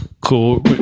Cool